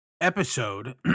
episode